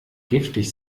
giftig